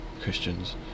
Christians